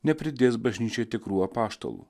nepridės bažnyčiai tikrųjų apaštalų